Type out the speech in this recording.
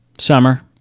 Summer